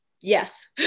Yes